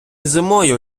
зимою